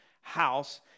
house